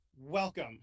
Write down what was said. Welcome